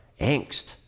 angst